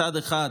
מצד אחד,